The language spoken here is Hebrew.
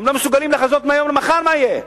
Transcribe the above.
הם לא מסוגלים לחזות מהיום למחר מה יהיה,